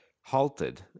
halted